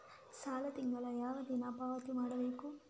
ಸಾಲ ತಿಂಗಳ ಯಾವ ದಿನ ಪಾವತಿ ಮಾಡಬೇಕು?